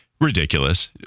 ridiculous